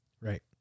Right